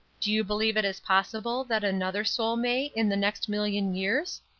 do you believe it is possible that another soul may in the next million years?